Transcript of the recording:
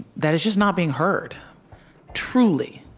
that is just not being heard truly,